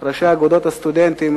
ראשי אגודות הסטודנטים,